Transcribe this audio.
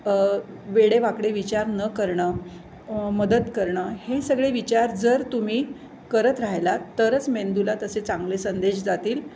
वेडेवाकडे विचार न करणं मदत करणं हे सगळे विचार जर तुम्ही करत राहिलात तरच मेंदूला तसे चांगले संदेश जातील